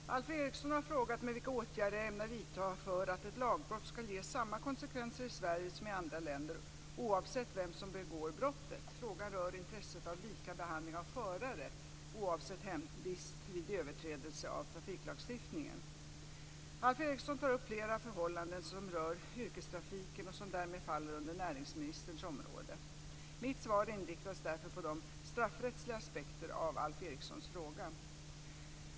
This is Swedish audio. Fru talman! Alf Eriksson har frågat mig vilka åtgärder jag ämnar vidta för att ett lagbrott ska ge samma konsekvenser i Sverige som i andra länder oavsett vem som begår brottet. Frågan rör intresset av lika behandling av förare oavsett hemvist vid överträdelser av trafiklagstiftningen. Alf Eriksson tar upp flera förhållanden som rör yrkestrafiken och som därmed faller under näringsministerns område. Mitt svar inriktas därför på de straffrättsliga aspekterna av Alf Erikssons fråga.